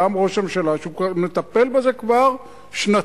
גם ראש הממשלה אומר שהוא מטפל בזה כבר שנתיים.